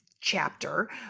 chapter